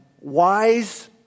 wise